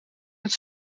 met